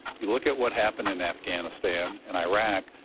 you look at what happened in afghanistan and iraq,